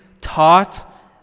taught